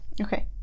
Okay